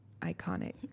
Iconic